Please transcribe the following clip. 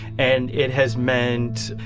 and it has meant,